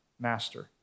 master